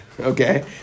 Okay